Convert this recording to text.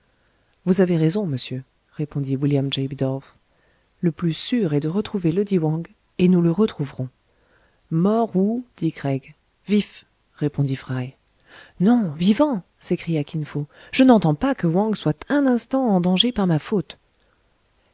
vous avez raison monsieur répondit william j bidulph le plus sûr est de retrouver ledit wang et nous le retrouverons mort ou dit craig vif répondit fry non vivant s'écria kin fo je n'entends pas que wang soit un instant en danger par ma faute